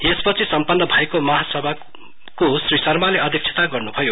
यपपछि सम्पन्न भएको महासभाको श्री शर्माले अध्यक्षता गर्नुभयो